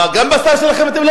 מה, גם בשר שלכם אתם לא